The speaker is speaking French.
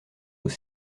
aux